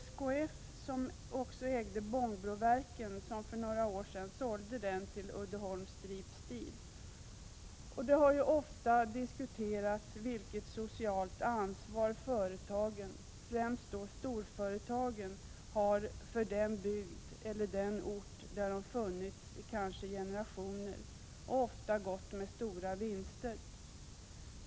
SKF ägde också Bångbroverken som för några år sedan såldes till Uddeholm Strep Steel. Det har ofta diskuterats vilket socialt ansvar företagen, främst då storföretagen, har för den bygd eller ort där de funnits i kanske generationer och ofta gått med stora vinster.